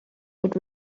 would